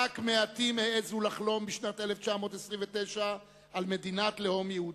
רק מעטים העזו לחלום בשנת 1929 על מדינת לאום יהודית.